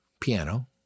piano